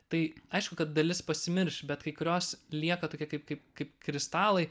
tai aišku kad dalis pasimirš bet kai kurios lieka tokie kaip kaip kaip kristalai